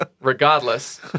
Regardless